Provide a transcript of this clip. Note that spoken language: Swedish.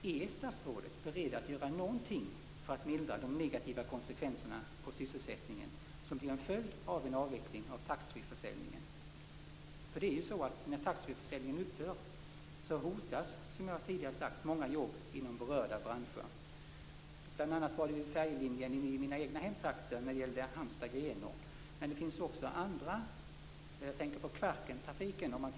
Är statsrådet beredd att göra någonting för att mildra de negativa konsekvenser på sysselsättningen som blir en följd av en avveckling av taxfreeförsäljningen? För det är ju så: När taxfreeförsäljningen upphör hotas, som jag tidigare har sagt, många jobb inom berörda branscher. Bl.a. gäller det färjelinjen i mina egna hemtrakter mellan Halmstad och Grenå, men det finns också andra. Jag tänker t.ex. på Kvarkentrafiken.